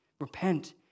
Repent